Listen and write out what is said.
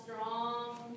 strong